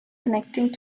connecting